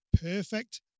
perfect